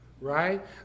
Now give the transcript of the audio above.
right